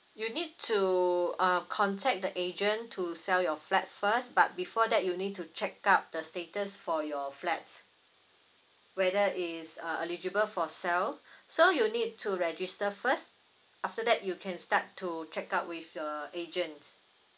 you need to um contact the agent to sell your flat first but before that you need to check out the status for your flats whether it's uh eligible for sell so you need to register first after that you can start to check out with the agent